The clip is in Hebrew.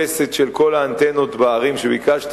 גם הבאתי אתי רשימה מודפסת של כל האנטנות בערים שביקשת,